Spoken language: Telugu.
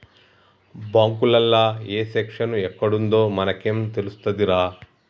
బాంకులల్ల ఏ సెక్షను ఎక్కడుందో మనకేం తెలుస్తదిరా